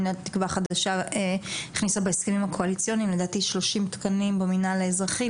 תקווה חדשה הכניסה בהסכמים הקואליציוניים לדעתי 30 תקנים במינהל האזרחי,